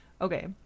Okay